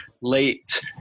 late